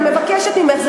אני מבקשת ממך.